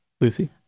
Lucy